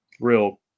real